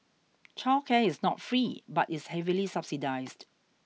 childcare is not free but is heavily subsidised